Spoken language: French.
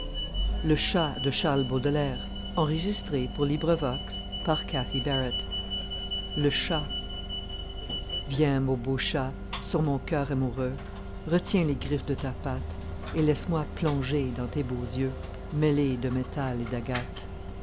un remords le chat viens mon beau chat sur mon coeur amoureux retiens les griffes de ta patte et laisse-moi plonger dans tes beaux yeux mêlés de métal et d'agate